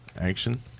action